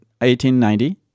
1890